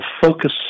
focus